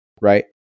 right